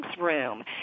room